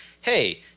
hey